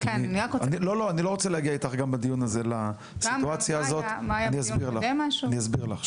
אני לא רוצה להגיע איתך גם בדיון הזה לסיטואציה הזאת אז אני אסביר לך.